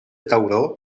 tauró